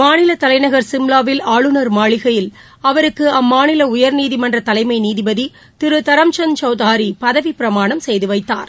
மாநில தலைநகர் சிம்லாவில் ஆளுநர் மாளிகையில் அவருக்கு அம்மாநில உயர்நீதிமன்ற தலைமை நீதிபதி திரு தரம் சந்த் சௌதாரி பதவிப் பிரமாணம் செய்து வைத்தார்